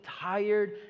tired